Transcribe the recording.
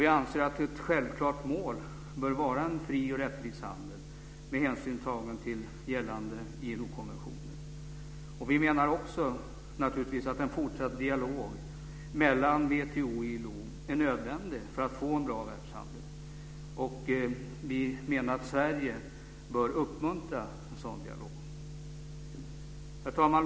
Vi anser att ett självklart mål bör vara en fri och rättvis handel med hänsyn tagen till gällande ILO-konventioner. Vi menar naturligtvis också att en fortsatt dialog mellan WTO och ILO är nödvändig för att få en bra världshandel och att Sverige bör uppmuntra en sådan dialog. Herr talman!